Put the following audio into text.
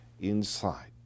inside